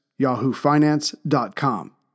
yahoofinance.com